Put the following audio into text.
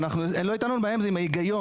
ואנחנו לא הייתה לנו בעיה עם זה עם ההיגיון.